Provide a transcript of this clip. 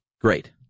Great